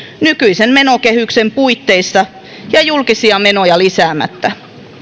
nykyisen menokehyksen puitteissa ja julkisia menoja lisäämättä